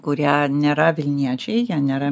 kurie nėra vilniečiai jie nėra